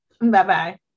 Bye-bye